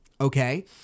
Okay